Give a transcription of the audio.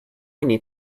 need